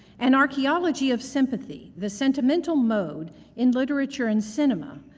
an archaeology of sympathy the sentimental mode in literature and cinema,